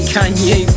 Kanye